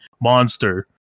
monster